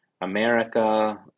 America